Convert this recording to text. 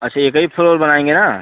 अच्छा एक ही फ्लोर बनाएँगे ना